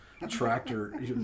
Tractor